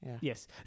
Yes